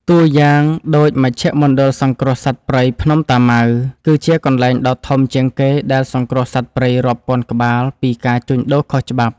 តួយ៉ាងដូច មជ្ឈមណ្ឌលសង្គ្រោះសត្វព្រៃភ្នំតាម៉ៅ គឺជាកន្លែងដ៏ធំជាងគេដែលសង្គ្រោះសត្វព្រៃរាប់ពាន់ក្បាលពីការជួញដូរខុសច្បាប់។